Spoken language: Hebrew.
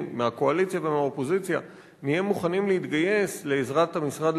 מהקואליציה ומהאופוזיציה נהיה מוכנים להתגייס לעזרת המשרד